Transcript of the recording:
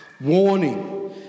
warning